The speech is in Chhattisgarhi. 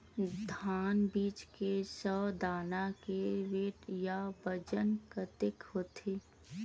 धान बीज के सौ दाना के वेट या बजन कतके होथे?